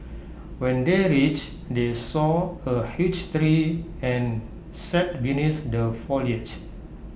when they reached they saw A huge tree and sat beneath the foliage